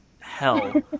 hell